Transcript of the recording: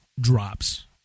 drops